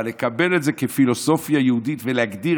אבל לקבל את זה כפילוסופיה יהודית ולהגדיר